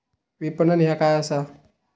विपणन ह्या काय असा?